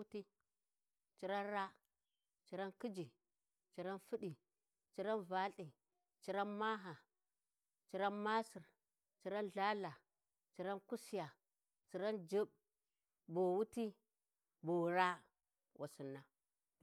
﻿Wuti, ciran raa, ciran khiji ciran fuɗi, ciran valthi, ciran maaha, ciran masir, ciran Lhalha ciran kusiya ciran juɓɓ boni wuti boni raa, wasinna.